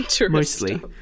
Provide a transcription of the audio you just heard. mostly